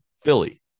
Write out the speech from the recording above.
Philly